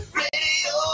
radio